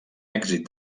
èxit